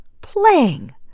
Playing